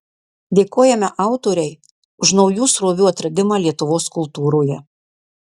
dėkojame autorei už naujų srovių atradimą lietuvos kultūroje